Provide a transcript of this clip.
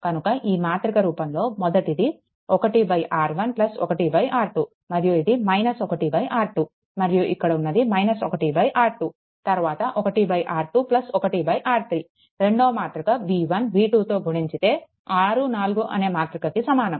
కనుక ఈ మాతృక రూపంలో మొదటిది 1R1 1R2 మరియు ఇది 1R2 మరియు ఇక్కడ ఉన్నది 1R2 తరువాత 1R2 1R3 రెండో మాతృక v1 v2తో గుణించితే 4 6 అనే మాతృకకి సమానం